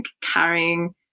carrying